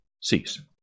cease